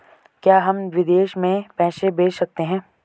क्या हम विदेश में पैसे भेज सकते हैं?